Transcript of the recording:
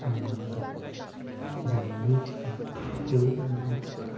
नांगौ बादि जामोनो दा